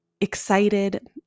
excited